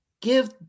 give